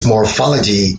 morphology